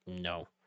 no